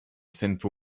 sinful